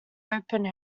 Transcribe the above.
opened